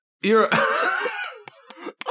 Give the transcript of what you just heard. You're-